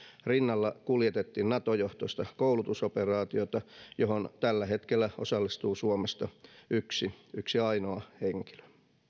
rinnalla kuljetettiin nato johtoista koulutusoperaatiota johon tällä hetkellä osallistuu suomesta yksi yksi ainoa henkilö